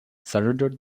surrendered